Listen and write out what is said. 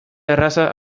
erraza